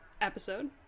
episode